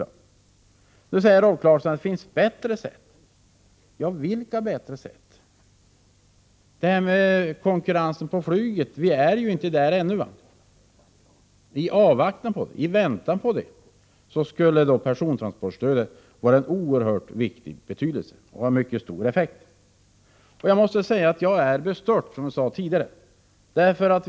Rolf Clarkson säger att det finns bättre sätt. Vilka bättre sätt? Beträffande konkurrens på flyget: Vi är inte där ännu. Och i avvaktan på det skulle ett persontransportstöd vara oerhört viktigt och ha en mycket stor effekt. Jag måste säga att jag, som jag sade tidigare, är bestört.